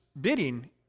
bidding